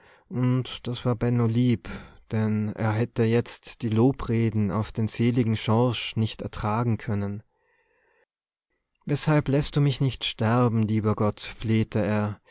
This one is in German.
und das war benno lieb denn er hätte jetzt die lobreden auf den seligen schorsch nicht ertragen können weshalb läßt du mich nicht sterben lieber gott flehte er